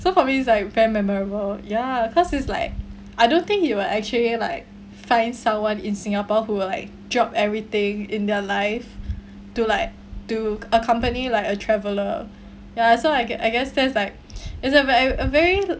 so for me it's like very memorable ya cause it's like I don't think you will actually like find someone in singapore who will like drop everything in their life to like to accompany like a traveller ya so I guess I guess that's like is a very a very